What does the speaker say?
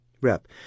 Rep